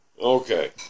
Okay